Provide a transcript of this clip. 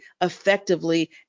effectively